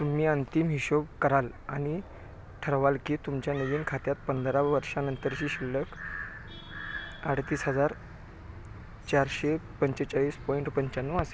तुम्ही अंतिम हिशोब कराल आणि ठरवाल की तुमच्या नवीन खात्यात पंधरा वर्षानंतरची शिल्लक अडतीस हजार चारशे पंचेचाळीस पॉईंट पंच्याण्णव असेल